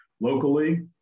locally